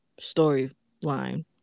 storyline